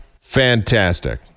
Fantastic